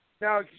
Now